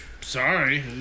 Sorry